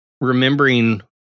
remembering